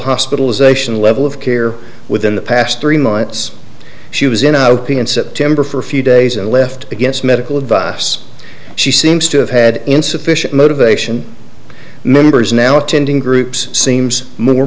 hospitalization level of care within the past three months she was in a p in september for a few days and left against medical advice she seems to have had insufficient motivation members now attending groups seems more